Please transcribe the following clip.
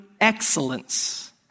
excellence